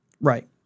Right